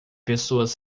pessoas